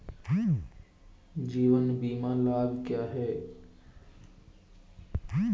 जीवन बीमा लाभ क्या हैं?